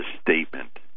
statement